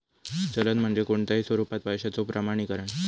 चलन म्हणजे कोणताही स्वरूपात पैशाचो प्रमाणीकरण